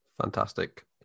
fantastic